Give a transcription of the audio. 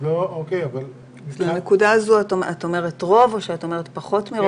את אומרת רוב או פחות מרוב?